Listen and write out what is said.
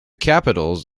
capitals